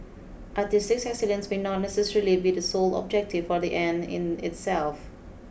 artistic excellence may not necessarily be the sole objective or the end in itself